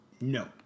No